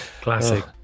Classic